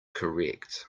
correct